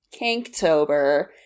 Kanktober